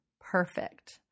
perfect